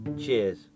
Cheers